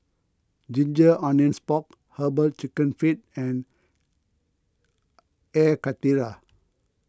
Ginger Onions Pork Herbal Chicken Feet and Air Karthira